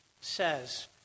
says